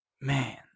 Man